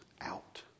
out